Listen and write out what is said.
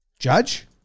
Judge